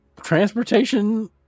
transportation